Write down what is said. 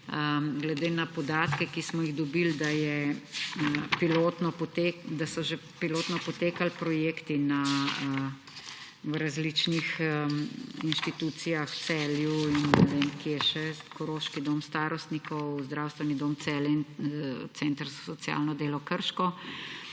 Glede na podatke, ki smo jih dobili, da so že pilotno potekali projekti v različnih inštitucijah, v Celju in še kje, Koroški dom starostnikov, Zdravstveni dom Celje in Center za socialno delo Krško;